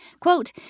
Quote